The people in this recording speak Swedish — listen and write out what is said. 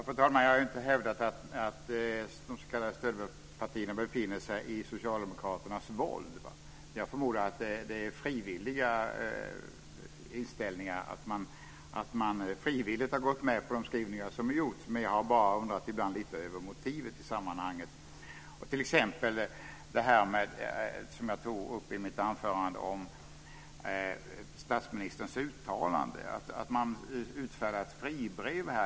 Fru talman! Jag har inte hävdat att de s.k. stödpartierna befinner sig i socialdemokraternas våld. Jag förmodar att man frivilligt har gått med på de skrivningar som har gjorts. Jag har bara ibland undrat lite grann över motivet. I mitt anförande tog jag upp exemplet om statsministerns uttalande och att man utfärdade ett fribrev.